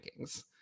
rankings